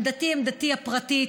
עמדתי היא עמדתי הפרטית.